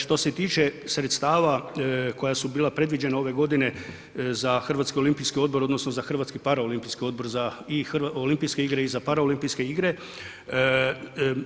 Što se tiče sredstava koja su bila predviđena ove godine za HOO odnosno za Hrvatski paraolimpijski odbor za i Olimpijske igre i za Paraolimpijske igre